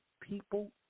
people